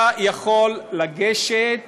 אתה יכול לגשת